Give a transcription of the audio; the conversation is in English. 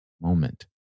moment